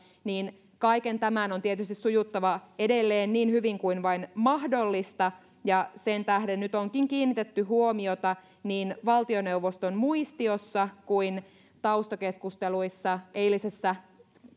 niin kaiken tämän on tietysti sujuttava edelleen niin hyvin kuin vain mahdollista ja sen tähden nyt onkin kiinnitetty huomiota niin valtioneuvoston muistiossa kuin taustakeskusteluissa eilisessä